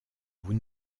vous